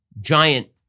giant